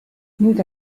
nüüd